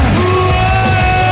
Whoa